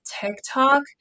tiktok